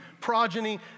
progeny